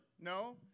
No